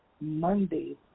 Monday